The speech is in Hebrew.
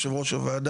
יושב ראש הוועדה,